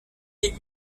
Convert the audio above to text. est